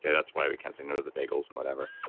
yeah that's why we can't say no to the bagels and whatever.